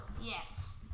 Yes